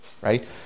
Right